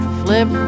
flip